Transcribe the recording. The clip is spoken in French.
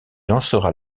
lancera